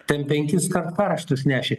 ten penkiskart karštus nešė